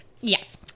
yes